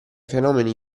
fenomeni